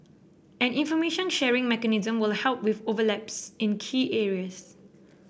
an information sharing mechanism will help with overlaps in key areas